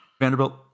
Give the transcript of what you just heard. Vanderbilt